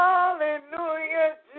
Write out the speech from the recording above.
Hallelujah